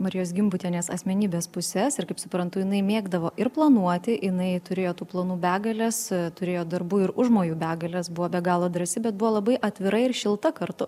marijos gimbutienės asmenybės puses ir kaip suprantu jinai mėgdavo ir planuoti jinai turėjo tų planų begales turėjo darbų ir užmojų begales buvo be galo drąsi bet buvo labai atvira ir šilta kartu